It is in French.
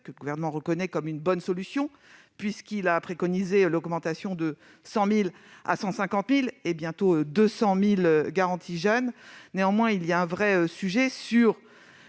que le Gouvernement reconnaît comme une bonne solution, puisqu'il a préconisé l'augmentation de 100 000 à 150 000, et bientôt à 200 000, de leur nombre. Néanmoins, il y a un vrai sujet sur